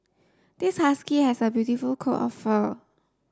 this husky has a beautiful coat of fur